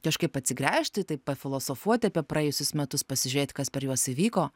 kažkaip atsigręžti taip pafilosofuoti apie praėjusius metus pasižiūrėti kas per juos įvyko